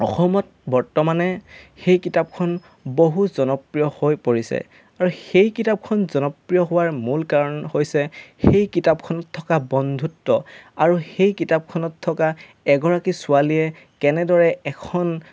অসমত বৰ্তমানে সেই কিতাপখন বহু জনপ্ৰিয় হৈ পৰিছে আৰু সেই কিতাপখন জনপ্ৰিয় হোৱাৰ মূল কাৰণ হৈছে সেই কিতাপখনত থকা বন্ধুত্ব আৰু সেই কিতাপখনত থকা এগৰাকী ছোৱালীয়ে কেনেদৰে এখন